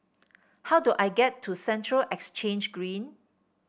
how do I get to Central Exchange Green